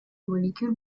molécule